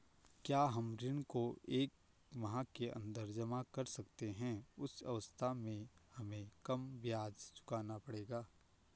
क्या हम ऋण को एक माह के अन्दर जमा कर सकते हैं उस अवस्था में हमें कम ब्याज चुकाना पड़ेगा?